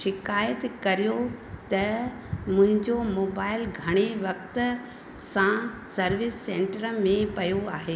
शिकाइत करियो त मुंहिंजो मोबाइल घणे वक़्ति सां सर्विस सेंटर में पियो आहे